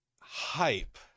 hype